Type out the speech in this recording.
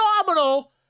phenomenal